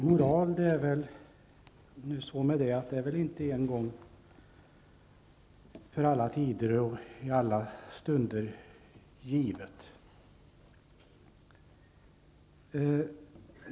Herr talman! Moral är väl inte något givet en gång för alla tider och i alla stunder.